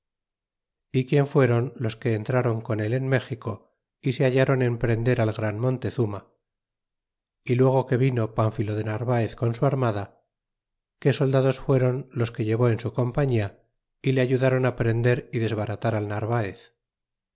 y quien fueron los que entraron con él en méxico y se hallaron en prender al gran montezuma y luego que vino pánfilo de narvaez con su armada que soldados fueron los que llevó en su compañía y le ayudron prender y desbaratar al narvaez